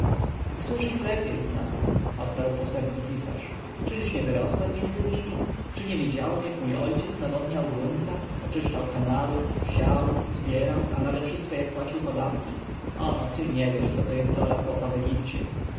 a któż ich lepiej zna odparł posępnie pisarz czyliż nie wyrosłem między nimi czy nie widziałem jak mój ojciec nawodniał grunta oczyszczał kanały siał zbierał a nadewszystko jak płacił podatki o ty nie wiesz co to jest dola chłopa w egipcie